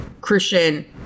Christian